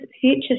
future